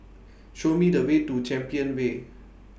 Show Me The Way to Champion Way